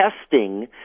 testing